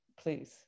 Please